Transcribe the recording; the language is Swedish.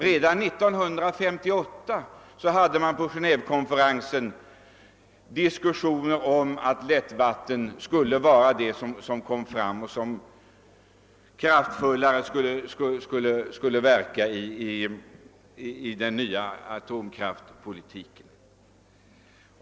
Redan 1958 fördes på Geneévekonferensen diskussioner om att det skulle vara bättre att satsa på lättvattenreaktorer i den nya atomkraftspolitiken.